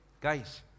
guys